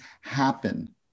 happen